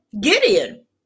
Gideon